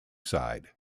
side